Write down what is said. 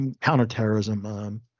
counterterrorism